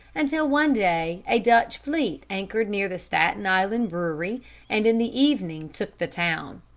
until one day a dutch fleet anchored near the staten island brewery and in the evening took the town.